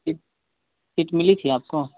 seat seat मिली थी आपको